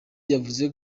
yavuze